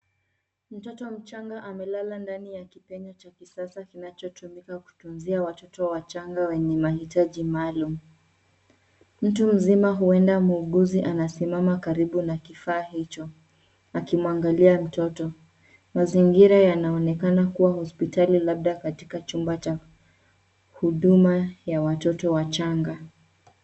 Mtoto mchanga amelala ndani ya kipenyo cha kisasa kinachotumika kutunzia watoto wachanga wenye mahitaji maalum. Mtu mzima huenda muuguzi anasimama karibu na kifaa hicho akimwangalia mtoto. Mazingira yanaonekana kuwa hospitali labda katika chumba cha huduma ya watoto wachanga.